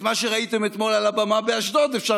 את מה שראיתם אתמול על הבמה באשדוד אפשר